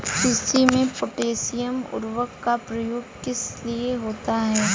कृषि में पोटैशियम उर्वरक का प्रयोग किस लिए होता है?